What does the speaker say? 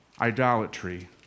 idolatry